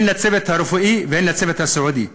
הן לצוות הרפואי והן לצוות הסיעודי.